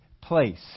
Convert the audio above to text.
place